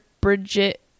Bridget